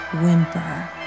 whimper